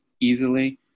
easily